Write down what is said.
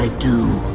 ah do